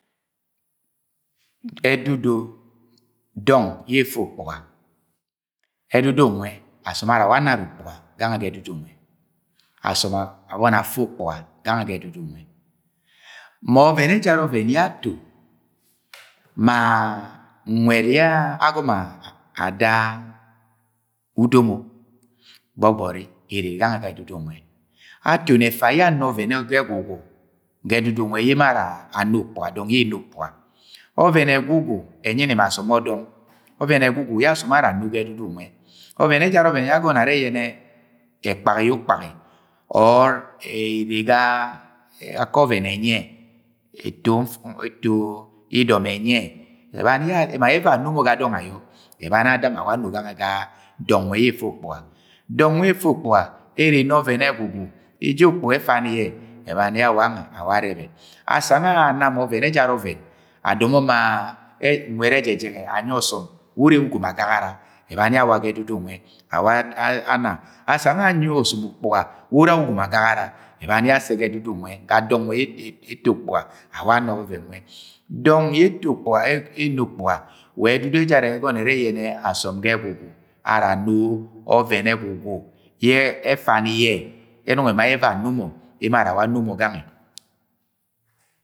Ẹdudu dọng yẹ ẹfẹ ukpuga, ẹdudu nwe, asọm ara awa anara ukpuga gange ga ẹdudu nwe. Asọm ara abọni afẹ ukpuga gange ga ẹdudu nwẹ ma ọvẹvẹn ẹjara ọvẹn ye ato ma nwed ye agọmo ada udomo gbọgbọri ere, ere gange ga ẹdudu nwe. Atoni efa ye ana ovẹn ge egwugwu ge edudu nwe ye emo ara ano ukpuga, dọng yẹ ere eno ukpuga ọvẹn egwugwu ẹnyi ni ma asọm ara ano ga ẹdudu nwe. Ọvẹn ejara ye agonọ are yẹnẹ ẹkagi ye ukpagi or ere ga ake ọvẹn ẹnyi ye, eto idọm ẹnyi ye abani ya ema ye ẹvoi ano mọ ga dọng ayọ, abani ye ada mo awa ano ga dọng nwe ye ẹrẹ ẹfẹ ukpuga dọng nwe ẹrẹ efd ukpuga ere eno ọvẹn ẹgwugwu eje ukpuga efani ye abani ye awa gange awa arẹbẹ. Asana ye ana ọvẹn ejara ọvẹn adọmọ ma nwed ẹjẹgẹ anyi ọsom we, ure ga usom agagara abani ye awa ga ẹdudu nwẹ awa ana. Asana anyi ọsọm ukpuga we ure ga ugom agagara abani ye asẹ ga ẹdudu nwe ga dọng nwẹbyẹ eto ukpuga awa ana ọvẹvẹn nwẹ dọng yẹ eto, ye eno ukpuga wa ẹdudu ẹgọnọ ẹrẹ asọm ga egwugwu ara ano ọvẹn ge ẹgwugwu yẹ efani yẹ yẹ ẹnọng ema ye evọi ano mọ, emo ara awa ano mo gange.